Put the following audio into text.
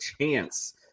chance